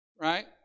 Right